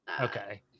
Okay